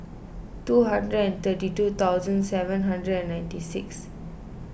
two hundred and thirty two thousand seven hundred and ninety six